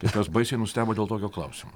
tai tas baisiai nustebo dėl tokio klausimo